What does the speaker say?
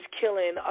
killing